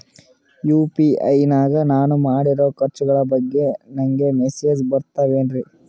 UPI ನಾಗ ನಾನು ಮಾಡಿರೋ ಖರ್ಚುಗಳ ಬಗ್ಗೆ ನನಗೆ ಮೆಸೇಜ್ ಬರುತ್ತಾವೇನ್ರಿ?